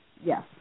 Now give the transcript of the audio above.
Yes